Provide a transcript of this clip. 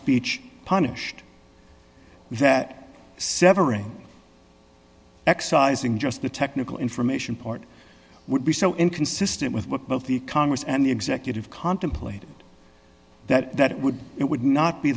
speech punished that severing excising just the technical information part would be so inconsistent with what both the congress and the executive contemplated that that would be it would not be